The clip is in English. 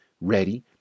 Ready